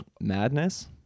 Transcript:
madness